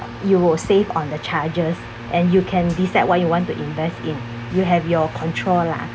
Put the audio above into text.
you will save on the charges and you can decide what you want to invest in you have your control lah